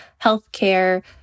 healthcare